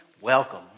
welcome